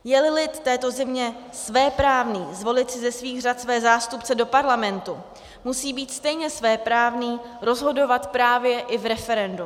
Jeli lid této země svéprávný zvolit si ze svých řad své zástupce do parlamentu, musí být stejně svéprávný rozhodovat právě i v referendu.